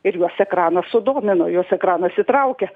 ir juos ekranas sudomino jos ekranas įtraukia